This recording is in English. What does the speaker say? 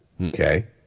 okay